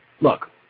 Look